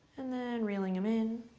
and then reeling them in,